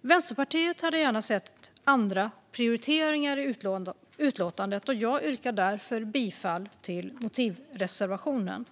Vänsterpartiet hade gärna sett andra prioriteringar i utlåtandet. Jag yrkar därför bifall till motivreservationen.